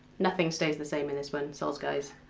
nothing stays the same in this one, soz guys.